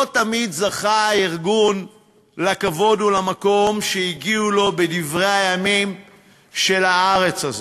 לא תמיד זכה הארגון לכבוד ולמקום שהגיעו לו בדברי הימים של הארץ הזאת.